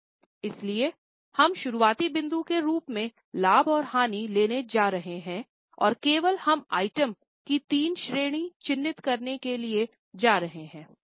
इसलिए हम शुरुआती बिंदु के रूप में लाभ और हानि लेने जा रहे हैं और केवल हम आइटम की तीन श्रेणी चिह्नित करने के लिए जा रहे हैं